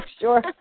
sure